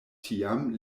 tiam